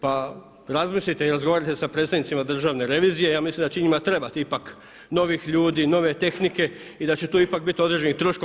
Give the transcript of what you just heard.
Pa razmislite i razgovarajte sa predstavnicima Državne revizije ja mislim da će njima trebat ipak novih ljudi, nove tehnike i da će tu ipak biti određenih troškova.